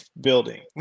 building